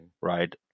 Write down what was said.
right